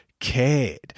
cared